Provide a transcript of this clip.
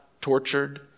tortured